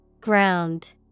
Ground